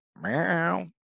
meow